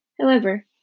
However